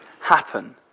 happen